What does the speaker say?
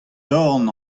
dorn